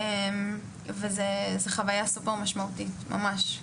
וזו חוויה סופר משמעותית, ממש.